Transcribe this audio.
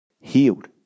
healed